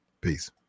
Peace